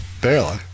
Barely